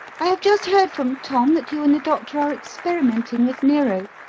i have just heard from tom that you and the doctor are experimenting with nero,